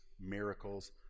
miracles